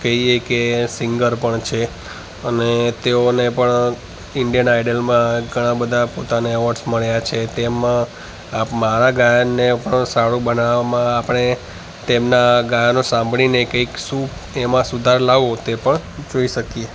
કહીએ કે સિંગર પણ છે અને તેઓને પણ ઇંડિયન આઇડલમાં ઘણા બધા પોતાને અવોર્ડસ મળ્યા છે તેમાં આપ મારા ગાયનને પણ સારું બનાવવામાં આપણે તેમના ગાયનો સાંભળીને કંઈક શું તેમાં સુધાર લાવવો તે પણ જોઈ શકીએ